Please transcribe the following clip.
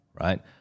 right